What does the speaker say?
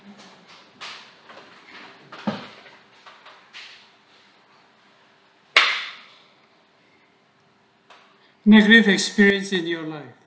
with experience in your life